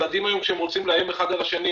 כשילדים היום רוצים לאיים אחד על השני,